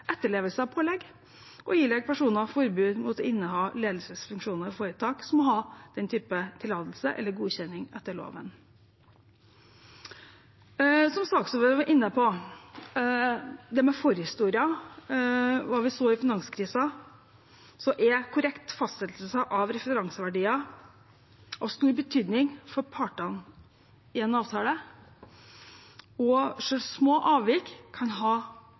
etterlevelse av pålegg og ilegge personer forbud mot å inneha ledelsesfunksjoner i foretak som må ha den typen tillatelser eller godkjenning etter loven. Som saksordføreren var inne på med tanke på forhistorien, hva vi så i finanskrisen, er korrekt fastsettelse av referanseverdier av stor betydning for partene i en avtale, og selv små avvik kan potensielt ha